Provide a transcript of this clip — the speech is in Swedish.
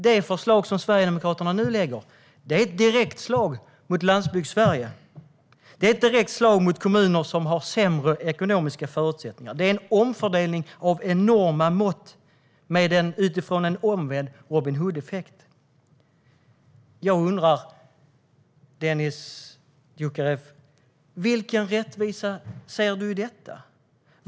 Det förslag som Sverigedemokraterna nu lägger fram är ett direkt slag mot Landsbygdssverige. Det är ett direkt slag mot kommuner som har sämre ekonomiska förutsättningar. Det är en omfördelning av enorma mått utifrån en omvänd Robin Hood-effekt. Jag undrar, Dennis Dioukarev, vilken rättvisa du ser i detta.